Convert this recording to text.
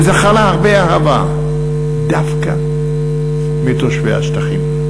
הוא זכה להרבה אהבה דווקא מתושבי השטחים.